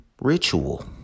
ritual